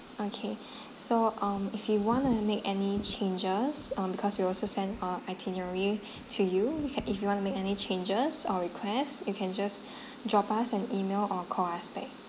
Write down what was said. okay so um if you wanna make any changes um because we also send uh itinerary to you you ca~ if you want to make any changes or request you can just drop us an email or call us back